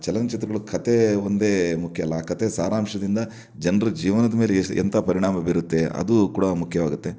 ಚಲನಚಿತ್ರಗಳು ಕಥೆ ಒಂದೆ ಮುಖ್ಯ ಅಲ್ಲ ಆ ಕಥೆ ಸಾರಾಂಶದಿಂದ ಜನ್ರ ಜೀವನದ ಮೇಲೆ ಎಶ್ ಎಂಥ ಪರಿಣಾಮ ಬೀರುತ್ತೆ ಅದು ಕೂಡ ಮುಖ್ಯವಾಗುತ್ತೆ